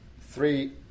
three